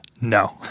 No